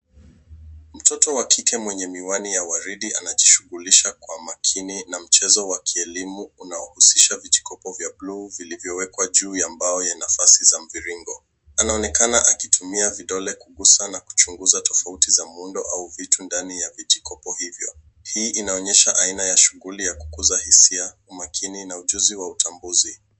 Mtoto wa kike mwenye miwani ya waridi anajishughulisha kwa makini na mchezo wa kielimu unaohusisha vijikoko vya blue vilivyowekwa juu ya mbao yenye nafasi za mviringo. Anaonekana akitumia vidole kuguza na kuchunguza tofauti za muundo au vitu ndani ya vijikoko hivyo. Hii inaonyesha aina ya shughuli ya kuguza hisia, umakini na ujuzi wa utambuzi.